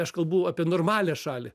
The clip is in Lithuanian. aš kalbu apie normalią šalį